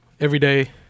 everyday